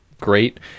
great